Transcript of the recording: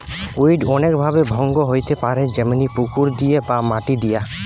weed অনেক ভাবে ভঙ্গ হইতে পারে যেমনি পুকুর দিয়ে বা মাটি দিয়া